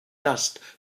dust